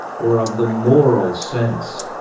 or of the moral sense